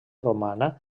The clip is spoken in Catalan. romana